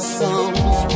songs